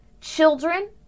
children